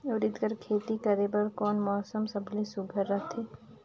उरीद कर खेती करे बर कोन मौसम सबले सुघ्घर रहथे?